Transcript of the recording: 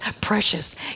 precious